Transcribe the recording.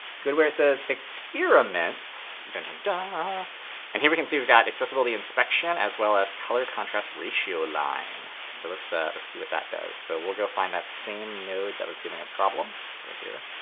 go to where it says experiments dun dun dun ah and here we can see we've got accessibility inspection as well as color contrast ratio line. so let's ah see what that does. so we'll go find that same node that was giving us problems over here,